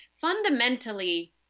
fundamentally